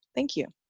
thank you!